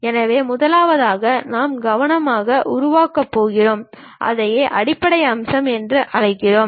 எனவே முதலாவதாக நாம் கவனமாக உருவாக்கப் போகிறோம் அதையே அடிப்படை அம்சம் என்று அழைக்கிறோம்